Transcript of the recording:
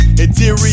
interior